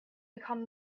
become